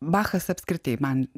bachas apskritai man